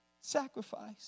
Sacrifice